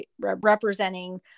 representing